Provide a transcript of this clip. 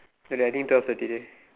you writing twelve thirty dey